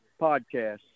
podcast